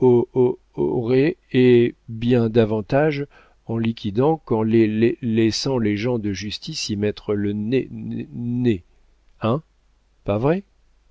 ez bien davantage en liquidant qu'en lai lai laissant les gens de justice y mettre le né né nez hein pas vrai